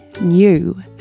new